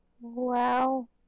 Wow